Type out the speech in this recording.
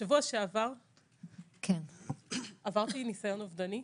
בשבוע שעבר עברתי ניסיון אובדני,